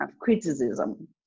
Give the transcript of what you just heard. criticism